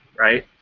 right?